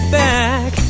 back